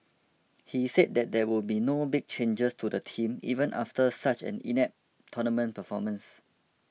he said that there will be no big changes to the team even after such an inept tournament performance